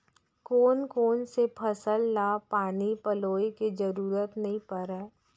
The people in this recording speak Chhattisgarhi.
कोन कोन से फसल ला पानी पलोय के जरूरत नई परय?